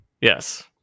Yes